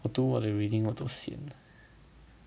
我读我的 reading 我都 sian